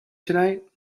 tonight